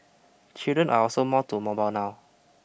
children are also more to mobile now